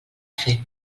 fer